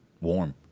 warm